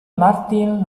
martin